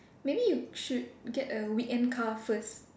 maybe you should get a weekend car first